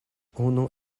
unu